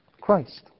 Christ